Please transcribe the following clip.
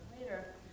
later